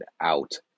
out